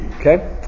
okay